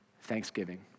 thanksgiving